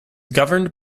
governed